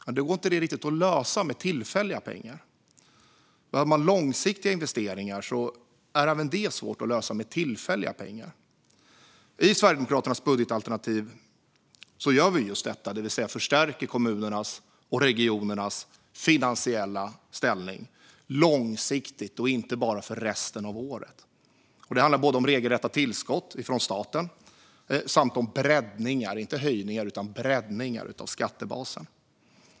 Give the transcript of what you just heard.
Det går inte riktigt att lösa med tillfälliga pengar. Behöver man långsiktiga investeringar är även det svårt att lösa med tillfälliga pengar. I Sverigedemokraternas budgetalternativ förstärker vi kommunernas och regionernas finansiella ställning långsiktigt och inte bara för resten av året. Det handlar om regelrätta tillskott från staten och om breddningar, inte höjningar, av skattebasen.